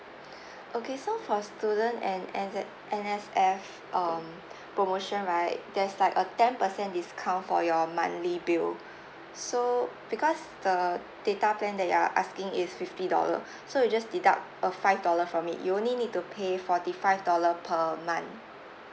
okay so for student an N_Z N_S_F um promotion right there's like a ten percent discount for your monthly bill so because the data plan that you are asking is fifty dollar so you just deduct uh five dollar from it you only need to pay forty five dollar per month